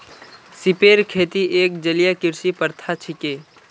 सिपेर खेती एक जलीय कृषि प्रथा छिके